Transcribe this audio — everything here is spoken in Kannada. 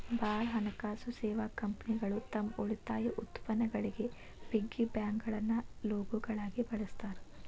ಭಾಳ್ ಹಣಕಾಸು ಸೇವಾ ಕಂಪನಿಗಳು ತಮ್ ಉಳಿತಾಯ ಉತ್ಪನ್ನಗಳಿಗಿ ಪಿಗ್ಗಿ ಬ್ಯಾಂಕ್ಗಳನ್ನ ಲೋಗೋಗಳಾಗಿ ಬಳಸ್ತಾರ